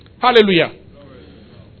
Hallelujah